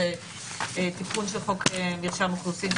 תיקון של חוק מרשם האוכלוסין,